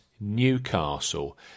Newcastle